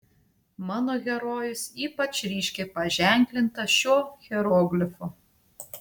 mano herojus ypač ryškiai paženklintas šiuo hieroglifu